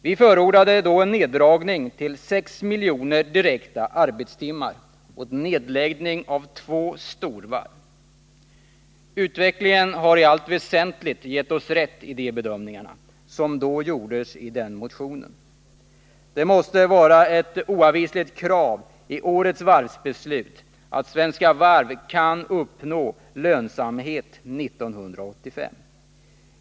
Vi förordade en neddragning till 6 miljoner direkta arbetstimmar och nedläggning av två storvarv. Utvecklingen har i allt väsentligt gett oss rätt i de bedömningar som då gjordes i nämnda motion. Det måste vara ett oavvisligt krav i årets varvsbeslut att Svenska Varv kan uppnå lönsamhet 1985.